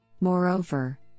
Moreover